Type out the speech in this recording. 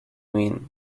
mean